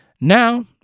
Now